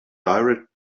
direct